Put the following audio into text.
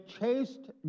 chased